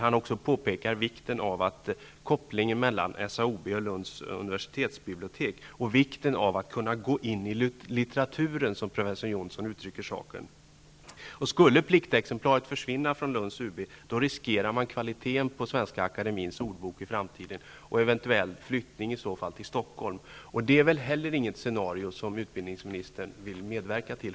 Han påpekar i brevet vikten av kopplingen mellan SAOB och Lunds universitetsbibliotek och av att kunna gå in i litteraturen, som han uttrycker saken. Skulle pliktexemplaret försvinna från Lunds universitetsbibliotek, riskerar man kvaliteten på Svenska akademiens ordbok i framtiden och eventuellt en flyttning till Stockholm. Det är väl inte något scenario som utbildningsministern vill medverka till.